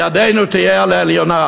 ידנו תהיה על העליונה,